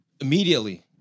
immediately